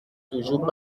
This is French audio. toujours